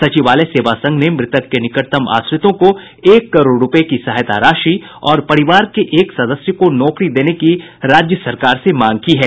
सचिवालय सेवा संघ ने मृतक के निकटतम आश्रित को एक करोड़ रुपये की सहायता राशि और परिवार के एक सदस्य को नौकरी देने की राज्य सरकार से मांग की है